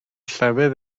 llefydd